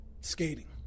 Skating